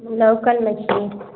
लौकल मछली